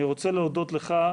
אני רוצה להודות לך,